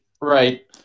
right